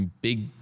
big